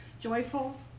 joyful